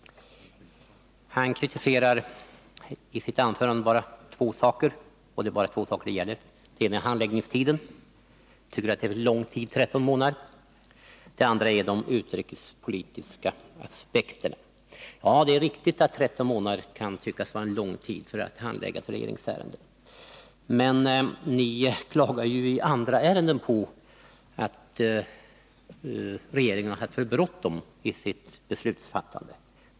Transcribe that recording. Sture Thun tog i sitt anförande bara upp två saker. Den ena var handläggningstiden. Han tyckte att 13 månader var en för lång tid. Den andra var de utrikespolitiska aspekterna. Det är riktigt att 13 månader kan tyckas vara en lång tid för att handlägga ett regeringsärende. Men ni klagar i andra sammanhang på att regeringen har haft för bråttom i sitt beslutsfattande.